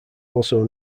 also